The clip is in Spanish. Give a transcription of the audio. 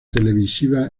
televisiva